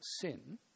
sin